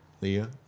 Leah